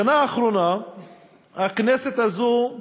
בשנה האחרונה הכנסת הזו "הצליחה"